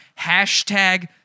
hashtag